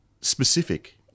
specific